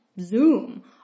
Zoom